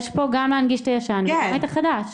יש פה גם להנגיש את הישן, וגם את החדש.